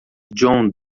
john